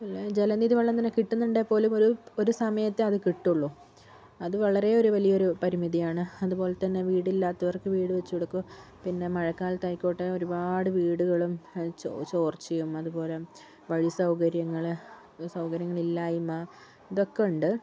അല്ലെങ്കിൽ ജലനിധി വെള്ളം തന്നെ കിട്ടുന്നുണ്ടെങ്കിൽപ്പോലും ഒരു ഒരു സമയത്തേ അത് കിട്ടുള്ളു അത് വളരെയൊരു വലിയൊരു പരിമിതി ആണ് അതുപോലെതന്നെ വീടില്ലാത്തവർക്ക് വീട് വെച്ച് കൊടുക്കും പിന്നെ മഴക്കാലത്ത് ആയിക്കോട്ടെ ഒരുപാട് വീടുകളും അത് ചോർച്ചയും അതുപോലെ വഴി സൗകര്യങ്ങള് സൗകര്യങ്ങളില്ലായ്മ ഇതൊക്കെ ഉണ്ട്